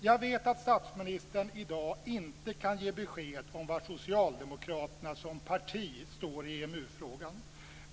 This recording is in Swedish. Jag vet att statsministern i dag inte kan ge besked om var Socialdemokraterna som parti står i EMU frågan.